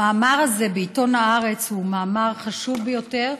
המאמר הזה בעיתון הארץ הוא מאמר חשוב ביותר,